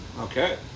Okay